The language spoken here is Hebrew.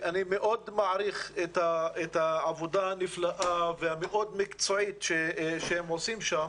אני מעריך מאוד את העבודה הנפלאה והמקצועית מאוד שהם עושים שם.